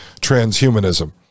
transhumanism